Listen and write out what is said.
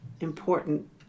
Important